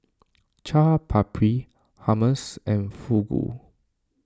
Chaat Papri Hummus and Fugu